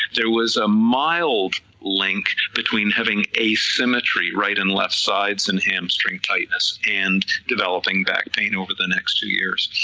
there was a mild link between having asymmetry right and left sides in hamstring tightness and developing back pain over the next two years,